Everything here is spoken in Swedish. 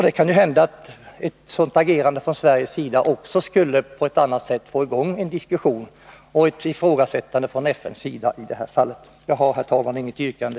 Det kan hända att ett sådant svenskt agerande skulle göra att man på ett annat sätt får i gång en diskussion och ett ifrågasättande från FN:s sida. Jag har, herr talman, inget yrkande.